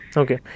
okay